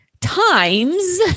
times